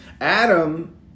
Adam